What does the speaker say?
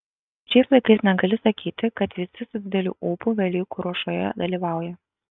šiais laikais negali sakyti kad visi su dideliu ūpu velykų ruošoje dalyvauja